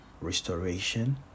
restoration